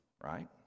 right